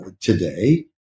today